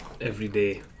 everyday